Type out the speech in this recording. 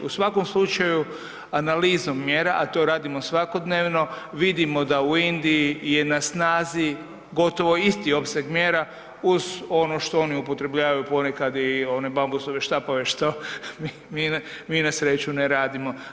U svakom slučaju analizom mjera, a to radimo svakodnevno, vidimo da u Indiji je na snazi gotovo isti opseg mjera uz ono što oni upotrebljavaju i one bambusove štapove što mi na sreću ne radimo.